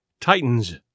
Titans